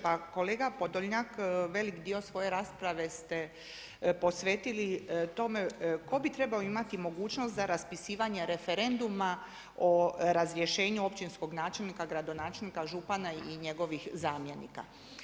Pa kolega Podoljnjak velik dio svoje rasprave ste posvetili tome tko bi trebao imati mogućnost za raspisivanje referenduma o razrješenju općinskog načelnika, gradonačelnika, župana i njegovih zamjenika.